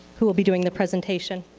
who will be doing the presentation.